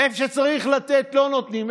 איפה שצריך לתת לא נותנים,